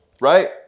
right